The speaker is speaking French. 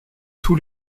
tous